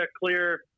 clear